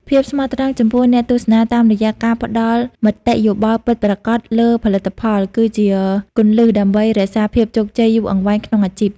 ភាពស្មោះត្រង់ចំពោះអ្នកទស្សនាតាមរយៈការផ្តល់មតិយោបល់ពិតប្រាកដលើផលិតផល គឺជាគន្លឹះដើម្បីរក្សាភាពជោគជ័យយូរអង្វែងក្នុងអាជីព។